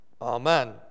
Amen